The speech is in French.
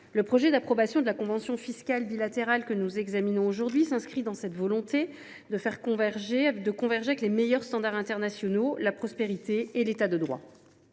autorisant l’approbation de la convention fiscale bilatérale que nous examinons aujourd’hui traduit la volonté du pays de converger vers les meilleurs standards internationaux, la prospérité et l’État de droit.